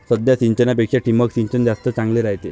साध्या सिंचनापेक्षा ठिबक सिंचन जास्त चांगले रायते